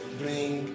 bring